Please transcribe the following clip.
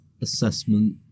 assessment